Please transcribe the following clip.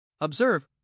Observe